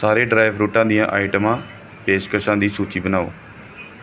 ਸਾਰੀਆਂ ਡਰਾਈਫਰੂਟਾਂ ਦੀਆਂ ਆਈਟਮਾਂ ਪੇਸ਼ਕਸ਼ਾਂ ਦੀ ਸੂਚੀ ਬਣਾਓ